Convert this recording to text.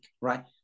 right